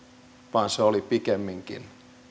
vaan se oli pikemminkin